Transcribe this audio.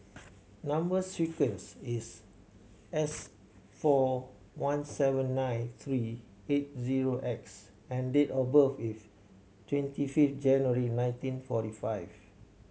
number sequence is S four one seven nine three eight zero X and date of birth is twenty fifth January nineteen forty five